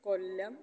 കൊല്ലം